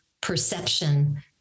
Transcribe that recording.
perception